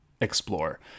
explore